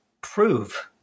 prove